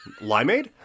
Limeade